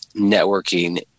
networking